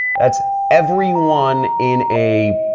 that's everyone in a.